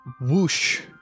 whoosh